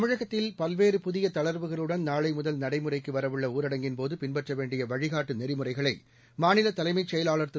தமிழகத்தில் பல்வேறு புதிய தளர்வுகளுடன் நாளை முதல் நடைமுறைக்கு வரவுள்ள ஊரடங்கின்போது பின்பற்ற வேண்டிய வழிகாட்டு நெறிமுறைகளை மாநில தலைமைச் செயலாளர் திரு